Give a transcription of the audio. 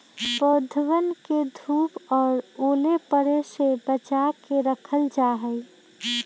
पौधवन के धूप और ओले पड़े से बचा के रखल जाहई